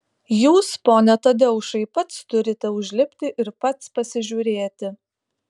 jūs pone tadeušai pats turite užlipti ir pats pasižiūrėti